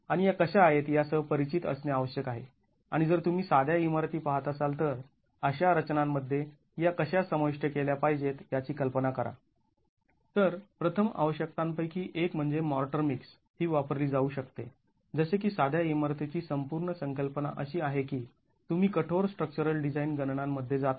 आणि या कशा आहेत यासह परिचित असणे आवश्यक आहे आणि जर तुम्ही साध्या इमारती पाहत असाल तर अशा रचनांमध्ये या कशा समाविष्ट केल्या पाहिजेत याची कल्पना करा तर प्रथम आवश्यकतां पैकी एक म्हणजे मॉर्टर मिक्स ही वापरली जाऊ शकते जसे की साध्या इमारतीची संपूर्ण संकल्पना अशी आहे की तुम्ही कठोर स्ट्रक्चरल डिझाईन गणनांमध्ये जात नाही